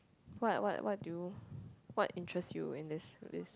what what what do you what interests you in this this